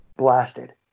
blasted